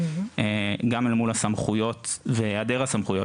גם אל מול הסמכויות והיעדר הסמכויות